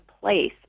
place